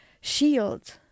shield